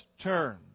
turn